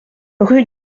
rue